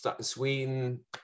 Sweden